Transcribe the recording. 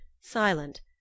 silent